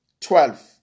twelve